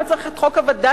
למה צריך את חוק הווד”לים?